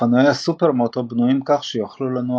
אופנועי הסופרמוטו בנויים כך שיוכלו לנוע